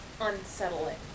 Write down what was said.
unsettling